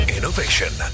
Innovation